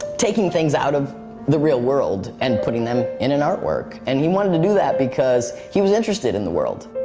taking things out of the real world and putting them in an artwork. and he wanted to do that because he was interested in the world.